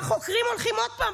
והחוקרים הולכים עוד פעם,